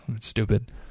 stupid